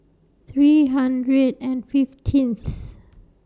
three hundred and fifteenth